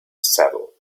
saddle